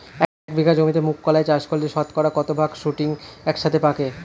এক বিঘা জমিতে মুঘ কলাই চাষ করলে শতকরা কত ভাগ শুটিং একসাথে পাকে?